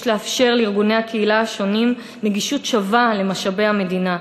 יש לאפשר לארגוני הקהילה השונים נגישות שווה למשאבי המדינה,